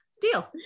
Deal